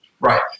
Right